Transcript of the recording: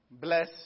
bless